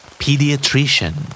pediatrician